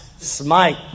smite